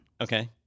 Okay